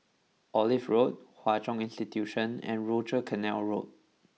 Olive Road Hwa Chong Institution and Rochor Canal Road